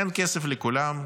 אין כסף לכולם,